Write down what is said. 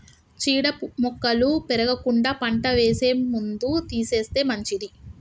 చీడ మొక్కలు పెరగకుండా పంట వేసే ముందు తీసేస్తే మంచిది